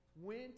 went